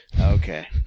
Okay